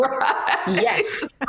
Yes